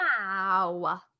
Wow